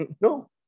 no